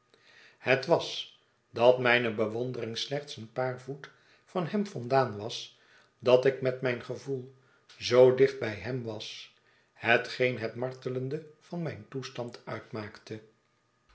het was dat mijne bewondering slechts een paar voet van hem vandaan was dat ik met mijn gevoel zoo dicht bij hem was hetgeen het martelende van mijn toestand uitmaakte